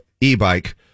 e-bike